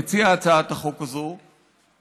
מציע הצעת החוק הזו,